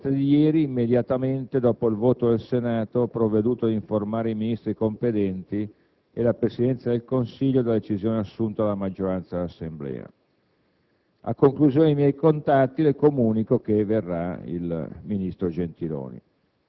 Vorrei citare testualmente. Lei ci dice: «Le comunico che fin dalla serata di ieri, immediatamente dopo il voto del Senato, ho provveduto ad informare i Ministri competenti e la Presidenza del Consiglio della decisione assunta dalla maggioranza dell'Assemblea.